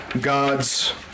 God's